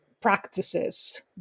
practices